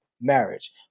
marriage